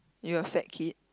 you were a fat kid